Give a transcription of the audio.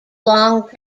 long